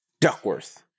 Duckworth